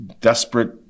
desperate